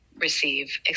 receive